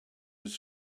his